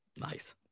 Nice